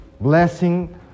blessing